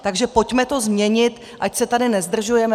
Takže pojďme to změnit, ať se tady nezdržujeme.